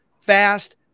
fast